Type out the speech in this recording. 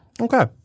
Okay